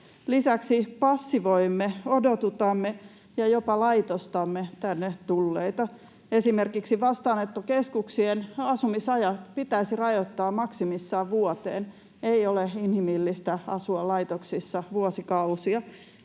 Lisäksi passivoimme, odotutamme ja jopa laitostamme tänne tulleita. Esimerkiksi vastaanottokeskuksien asumisajat pitäisi rajoittaa maksimissaan vuoteen. Ei ole inhimillistä asua laitoksissa vuosikausia.